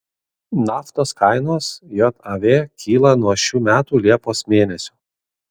naftos kainos jav kyla nuo šių metų liepos mėnesio